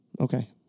Okay